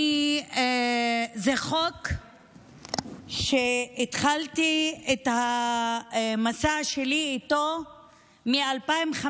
זה חוק שהתחלתי את המסע שלי איתו מ-2015,